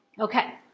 Okay